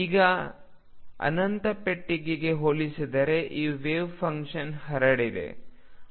ಈಗ ಅನಂತ ಪೆಟ್ಟಿಗೆಗೆ ಹೋಲಿಸಿದರೆ ಈ ವೆವ್ಫಂಕ್ಷನ್ ಹರಡಿದೆ